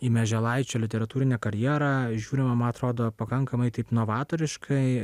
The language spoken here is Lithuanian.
į mieželaičio literatūrinę karjerą žiūrima man atrodo pakankamai taip novatoriškai